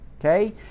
Okay